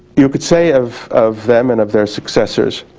you could say of of them and of their successors,